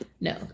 no